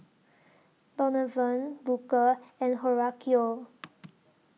Donovan Booker and Horacio